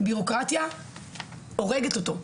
הבירוקרטיה הורגת אותו,